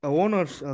owners